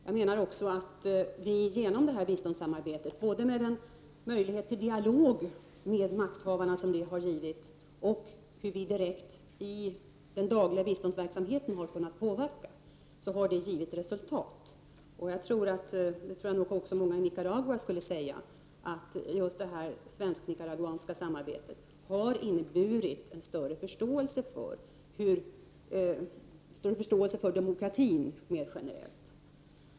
Jag menar också att vårt biståndssamarbete — med den möjlighet till dialog med makthavarna som det har gett och den direkta påverkan som vi har kunnat utöva i den dagliga biståndsverksamheten — har gett resultat. Jag tror också att många i Nicaragua skulle säga att det svensk-nicaraguanska samarbetet har inneburit större förståelse för demokrati generellt.